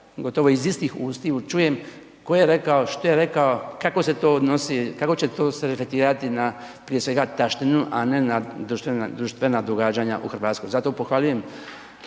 gotovo iz istih usta čujem tko je rekao, što je rekao, kako se to odnosi, kako će to se reflektirati na prije svega taštinu a ne na društvena događanja u Hrvatskoj. Zato pohvaljujem